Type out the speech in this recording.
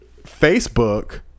Facebook